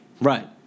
Right